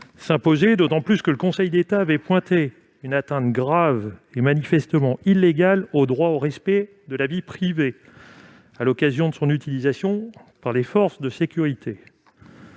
s'imposait d'autant plus que le Conseil d'État avait pointé une atteinte « grave et manifestement illégale au droit au respect de la vie privée » à l'occasion de son utilisation par les forces de sécurité.